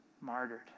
martyred